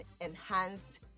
enhanced